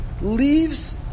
leaves